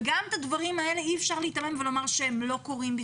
גם מהדברים האלה אי אפשר להתעלם ולומר שהם בכלל לא קורים.